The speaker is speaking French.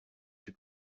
suis